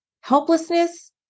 helplessness